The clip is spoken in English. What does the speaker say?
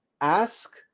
Ask